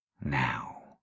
Now